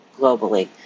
globally